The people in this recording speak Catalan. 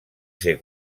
ser